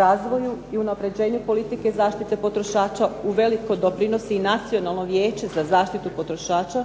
razvoju i unapređenju politike zaštite potrošača u veliko doprinosi i Nacionalno vijeće za zaštitu potrošača